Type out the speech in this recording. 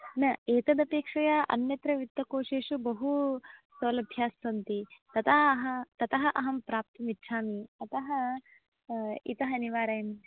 न एतदपेक्षया अन्यत्र वित्तकोशेषु बहु सौलभ्याः सन्ति ततः अहं ततः अहं प्राप्तुमिच्छामि अतः इतः निवारयामि